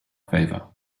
favor